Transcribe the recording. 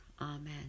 Amen